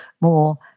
more